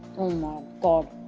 oh, my god.